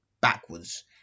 backwards